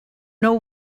know